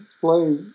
play